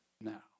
now